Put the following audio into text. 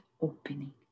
opening